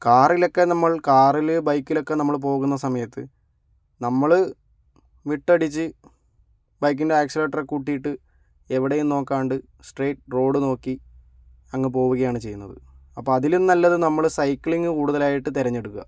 കാറിലൊക്കെ നമ്മൾ കാറില് ബൈക്കിലൊക്കെ നമ്മൾ പോകുന്ന സമയത്ത് നമ്മള് വിട്ടടിച്ച് ബൈക്കിൻ്റെ ആക്സിലേറ്ററ് കൂട്ടിയിട്ട് എവിടെയും നോക്കാണ്ട് സ്ട്രൈറ്റ് റോഡ് നോക്കി അങ്ങ് പോവുകയാണ് ചെയ്യുന്നത് അപ്പം അതിലും നല്ലത് നമ്മള് സൈക്ലിംഗ് കൂടുതലായിട്ട് തിരഞ്ഞെടുക്കുക